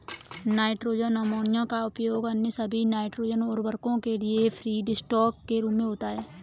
nitrogen ammonia का उपयोग अन्य सभी नाइट्रोजन उवर्रको के लिए फीडस्टॉक के रूप में होता है